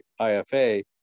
IFA